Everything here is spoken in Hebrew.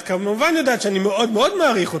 ואת כמובן יודעת שאני מאוד מאוד מעריך אותך,